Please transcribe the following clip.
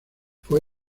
fue